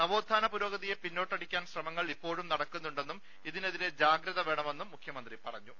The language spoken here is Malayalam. നവോഥാന പുരോഗതിയെ പിന്നോട്ടടിക്കാൻ ശ്രമങ്ങൾ ഇപ്പോഴും നടക്കുന്നുണ്ടെന്നും ഇതിനെതിരെ ജാഗ്രത വേണമെന്നും മുഖ്യമന്ത്രി പറഞ്ഞു